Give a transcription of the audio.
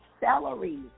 Celery